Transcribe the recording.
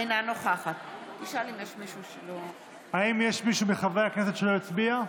אינה נוכחת האם יש מישהו מחברי הכנסת שלא הצביע?